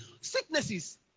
sicknesses